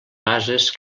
bases